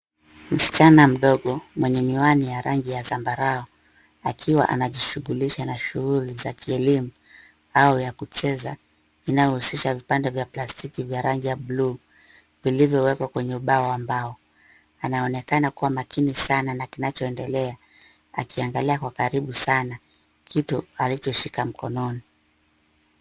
Msichana mdogo mwenye miwani ya rangi ya zambarau, akiwa anajishughulisha na shughuli za kielimu au ya kucheza, inayohusisha vipande vya plastiki vya rangi ya buluu vilivyowekwa kwenye ubao wa mbao. Anaonekana kwa makini sana na kinachoendelea akiangalia kwa karibu sana kitu alichoshika mkononi.